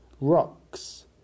rocks